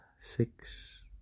six